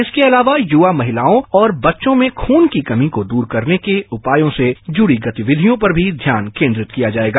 इसके अलावा युवा महिलाओं और बच्चों में खून की कमी को दूर करने के उपायों से जुड़ी गतिविधियों पर भी ध्यान केंद्रिंत किया जाएगा